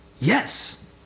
Yes